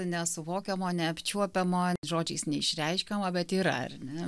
nesuvokiamo neapčiuopiamo žodžiais neišreiškiamo bet yra ar ne